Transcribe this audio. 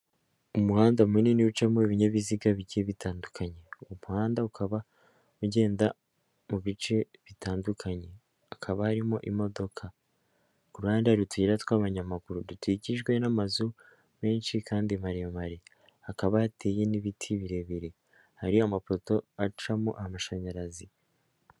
Umuhanda munini ucamo ibinyabiziga bike bitandukanye, uwo umuhanda ukaba ugenda mu bice bitandukanye, hakaba harimo imodoka, kuruhande hari utuyira tw'abanyamaguru dukikijwe n'amazu menshi kandi maremare, hakaba hateye n'ibiti birebire hari amapoto acamo amashanyarazi.